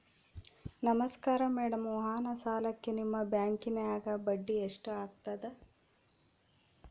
ನಮಸ್ಕಾರ ಮೇಡಂ ವಾಹನ ಸಾಲಕ್ಕೆ ನಿಮ್ಮ ಬ್ಯಾಂಕಿನ್ಯಾಗ ಬಡ್ಡಿ ಎಷ್ಟು ಆಗ್ತದ?